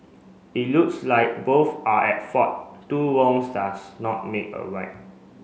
it looks like both are at fault two wrongs does not make a right